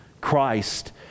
Christ